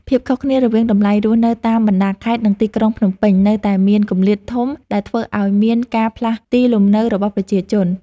ភាពខុសគ្នារវាងតម្លៃរស់នៅតាមបណ្តាខេត្តនិងទីក្រុងភ្នំពេញ នៅតែមានគម្លាតធំដែលធ្វើឱ្យមានការផ្លាស់ទីលំនៅរបស់ប្រជាជន។